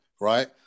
right